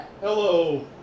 Hello